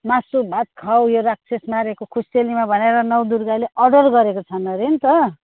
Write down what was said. मासु भात खाऊ यो राक्षस मारेको खुसियालीमा भनेर नौ दुर्गाले अर्डर गरेका छन् अरे नि त